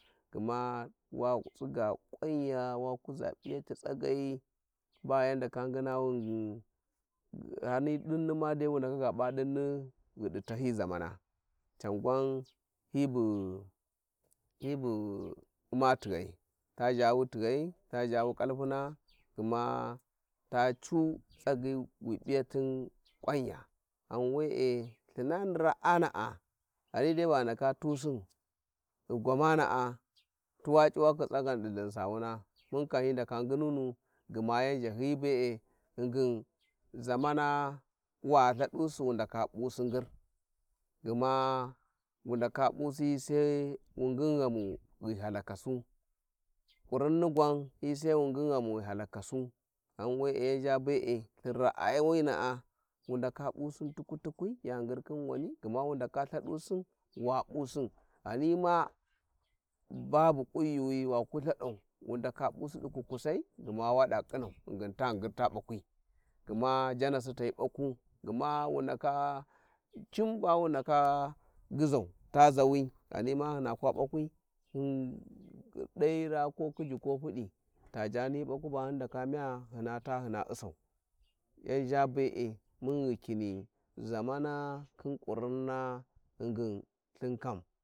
﻿Gma watsiga kwawanya wa kuza p`ijati tsagai bayan ndaka nginawi ghingin ghani dinni madai wu ndaka ga p`a tinni ghidi tahyi zamana, can gwan hibu hibu u'ma tighai ta zhawu tig hai ta ghawu kalpuna gma ta cu tsagyi wi p'yahrina kwanya ghan we'e Ithinani raa na'a ghani dai va ghi ndaka tusin ghi gwamana'a tuwa c'uwakhi tsagan di uainsawuna mun kam hi ndaka ngimunu gma, yan zhahyıyı be'e ghingm zamana wa ithadusi, wu ndake pusi ngin, gma wu ndaka pusi hisai wu ngin ghamu ghi halakasu, kurinni gwan hi sai wu ngin ghamu ghi halakasu, ghan were, ja zha be'e Ithin ra'aya wina'a wu ndaka pusin tukwi-tukwi ya ngir khin wani gma wu ndaka Ithadusin wa p'usin ghani ma babu kunyiwi waku ithe d'wundaka p'usi di kukusai gma wad'a khinau ghingın ta ngir ta bakwi gma janisi ta hi baku, gma wu ndaka cin ba wu ndaka qyizau ta gawi ghani hyma kwa bakwi hyın dai raa ko khiji ko fudi, ta jaani hi bakwa bu hyin ndaka inya hyina ta hyına u`sau, yan gha be`e mun ghi kini zamana khin kurinina ghingin thin kam.